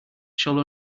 shall